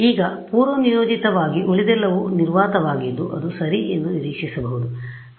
ಈಗಪೂರ್ವನಿಯೋಜಿತವಾಗಿ ಉಳಿದೆಲ್ಲವೂ ನಿರ್ವಾತವಾಗಿದ್ದು ಅದು ಸರಿ ಎಂದು ನಿರೀಕ್ಷಿಸಬಹುದು